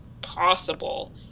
possible